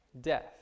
death